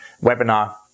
webinar